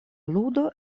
ludo